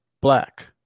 black